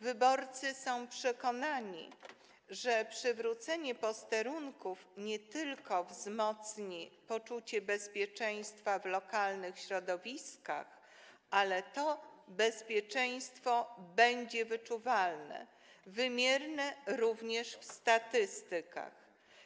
Wyborcy są przekonani, że przywrócenie posterunków nie tylko wzmocni poczucie bezpieczeństwa w lokalnych środowiskach, ale także to bezpieczeństwo będzie wyczuwalne, wymierne również w statystykach.